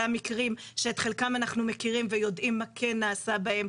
מקרים שאת חלקם אנחנו מכירים ויודעים מה כן נעשה בהם,